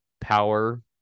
power